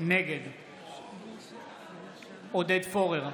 נגד עודד פורר,